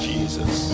Jesus